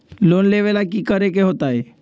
Loan लेवेला की करेके होतई?